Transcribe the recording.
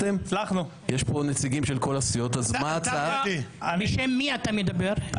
מה זה קשור אליך?